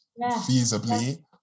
feasibly